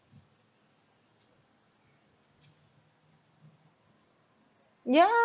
ya